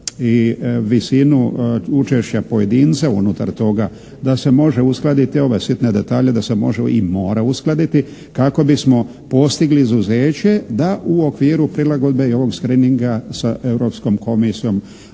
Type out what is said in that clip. i visinu učešća pojedinca unutar toga da se može uskladiti ove sitne detalje da se može i mora uskladiti kako bismo postigli izuzeće da u okviru prilagodbe i ovog screeninga sa Europskom komisijom